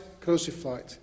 crucified